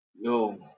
No